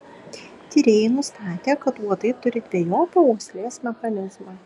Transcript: tyrėjai nustatė kad uodai turi dvejopą uoslės mechanizmą